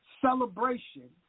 celebration